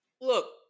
look